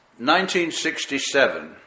1967